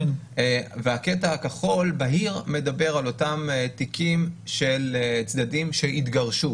החלק הכחול הבהיר מדבר על תיקים של צדדים שהתגרשו.